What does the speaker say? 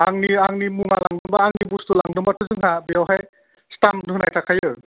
आंनि मुवा लांदोंबा आंनि बुस्तु लांदोंबाथ' जोंहा बेवहाय स्टाम्प होनाय थाखायो